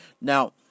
Now